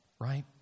right